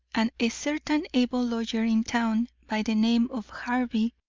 and a certain able lawyer in town by the name of harvey,